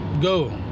go